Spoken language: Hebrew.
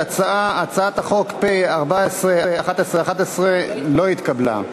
ההצעה, הצעת החוק פ/1411, לא התקבלה.